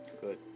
good